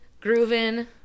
grooving